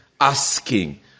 asking